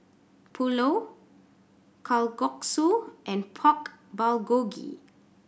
Pulao Kalguksu and Pork Bulgogi